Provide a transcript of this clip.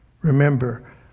Remember